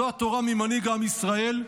זו התורה ממנהיג עם ישראל,